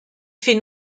fait